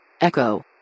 Echo